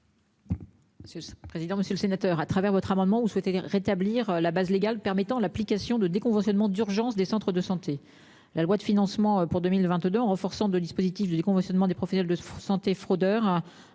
Monsieur le président, monsieur le sénateur, à travers votre amendement ou souhaiter rétablir la base légale permettant l'application de déconventionnement d'urgence des centres de santé. La loi de financement pour 2022, en renforçant le dispositif de déconventionnement des professions de santé fraudeurs.